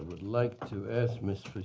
would like to ask ms.